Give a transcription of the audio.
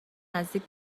نزدیک